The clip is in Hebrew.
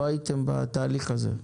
לא הייתן בתהליך הזה.